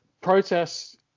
protests